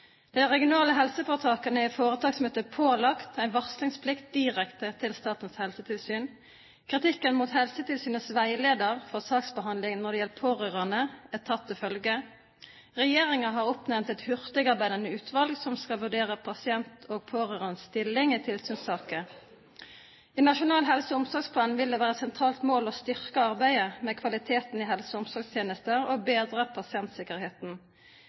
De regionale helseforetakene er i foretaksmøter pålagt en varslingsplikt direkte til Statens helsetilsyn. Kritikken mot Helsetilsynets veileder for saksbehandling når det gjelder pårørende, er tatt til følge. Regjeringen har oppnevnt et hurtigarbeidende utvalg som skal vurdere pasienters og pårørendes stilling i tilsynssaker. I Nasjonal helse- og omsorgsplan vil det være et sentralt mål å styrke arbeidet med kvaliteten i helse- og omsorgstjenesten og bedre pasientsikkerheten.